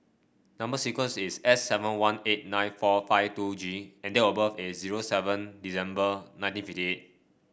number sequence is S seven one eight nine four five two G and date of birth is zero seven December nineteen fifty eight